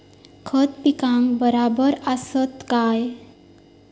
खता पिकाक बराबर आसत काय?